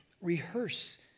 rehearse